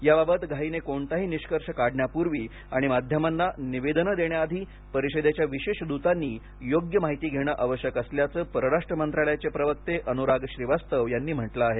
याबाबत घाईने कोणताही निष्कर्ष काढण्यापूर्वी आणि माध्यमांना निवेदने देण्याआधी परिषदेच्या विशेष दूतांनी योग्य माहिती घेणं आवश्यक असल्याचं परराष्ट्र मंत्रालयाचे प्रवक्ते अनुराग श्रीवास्तव यांनी म्हटलं आहे